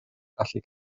allu